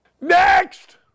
Next